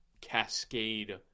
cascade